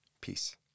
peace